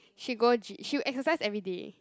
she go gy~ she will exercise every day